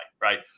right